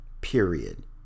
Period